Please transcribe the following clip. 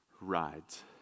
rides